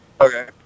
Okay